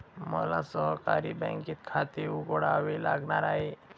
मला सहकारी बँकेत खाते उघडावे लागणार आहे